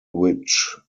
which